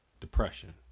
Depression